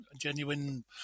genuine